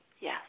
yes